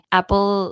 Apple